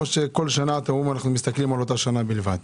או שבכל שנה אנחנו מסתכלים על אותה שנה בלבד?